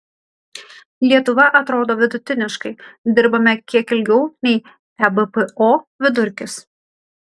lietuva atrodo vidutiniškai dirbame kiek ilgiau nei ebpo vidurkis